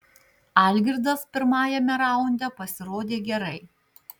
algirdas pirmajame raunde pasirodė gerai